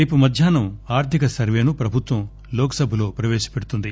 రేపు మధ్యాహ్నం ఆర్థిక సర్వేను ప్రభుత్వం లోక్సభలో ప్రవేశపెడుతుంది